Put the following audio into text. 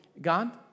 God